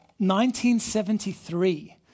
1973